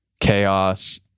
Chaos